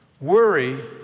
Worry